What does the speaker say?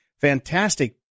Fantastic